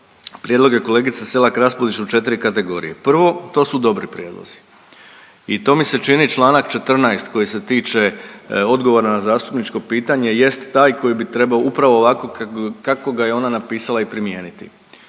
prijedloge kolegice Selak-Raspudić u četiri kategorije. Prvo to su dobri prijedlozi i to mi se čini članak 14. koji se tiče odgovora na zastupničko pitanje jest taj koji bi trebao upravo ovako kako ga je ona napisala i primijeniti.